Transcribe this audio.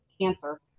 cancer